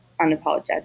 unapologetic